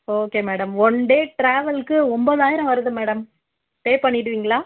okay madam one day ட்ராவலுக்கு ஒம்பதாயிரம் வருது மேடம் பே பண்ணிவிடுவிங்களா